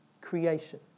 creation